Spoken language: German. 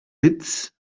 witz